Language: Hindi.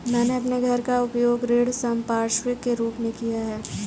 मैंने अपने घर का उपयोग ऋण संपार्श्विक के रूप में किया है